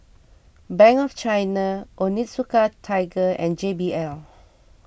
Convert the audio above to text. Bank of China Onitsuka Tiger and J B L